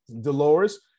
Dolores